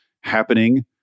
happening